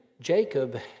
Jacob